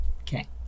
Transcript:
Okay